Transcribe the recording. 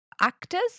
actors